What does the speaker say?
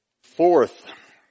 Fourth